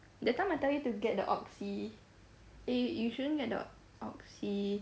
that time I tell you to get the oxy eh you shouldn't get the oxy